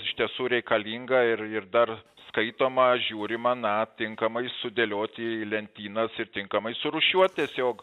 iš tiesų reikalinga ir ir dar skaitoma žiūrima na tinkamai sudėlioti į lentynas ir tinkamai surūšiuot tiesiog